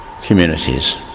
communities